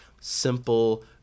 simple